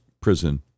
prison